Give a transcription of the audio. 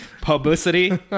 publicity